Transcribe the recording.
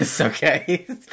okay